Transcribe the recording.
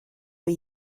for